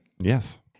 Yes